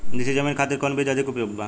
नीची जमीन खातिर कौन बीज अधिक उपयुक्त बा?